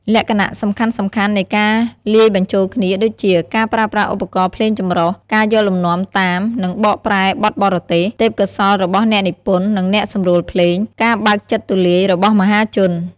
លក្ខណៈសំខាន់ៗនៃការលាយបញ្ចូលគ្នាដូចជា ការប្រើប្រាស់ឧបករណ៍ភ្លេងចម្រុះ ការយកលំនាំតាម និងបកប្រែបទបរទេស ទេពកោសល្យរបស់អ្នកនិពន្ធ និងអ្នកសម្រួលភ្លេង ការបើកចិត្តទូលាយរបស់មហាជន។